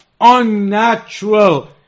unnatural